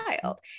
child